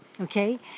Okay